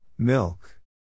Milk